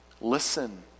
Listen